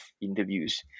interviews